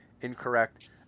incorrect